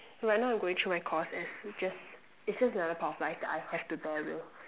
right now I'm going through my course it's just it's just another part of life that I have to bear with